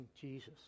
Jesus